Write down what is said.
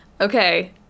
okay